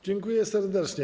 Dziękuję serdecznie.